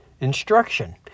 Instruction